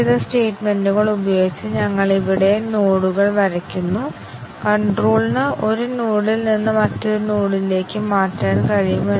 ഇത് പരിഷ്കരിച്ച അവസ്ഥ ഡിസിഷൻ കവറേജിനെ സൂചിപ്പിക്കുന്നു ഇത് ഒരു കണ്ടീഷൻ കവറേജ് സാങ്കേതികത കൂടിയാണ്